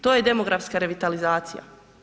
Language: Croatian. To je demografska revitalizacija.